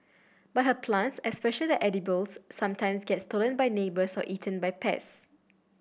but her plants especially the edibles sometimes get stolen by neighbours or eaten by pest